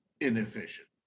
inefficient